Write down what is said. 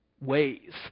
ways